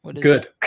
good